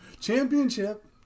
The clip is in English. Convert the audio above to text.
Championship